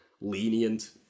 lenient